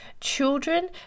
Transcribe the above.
children